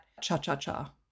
Cha-Cha-Cha